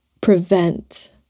prevent